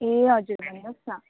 ए हजुर भन्नुहोस् न